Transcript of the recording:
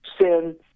sin